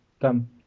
come